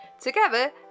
Together